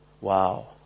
Wow